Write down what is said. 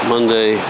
Monday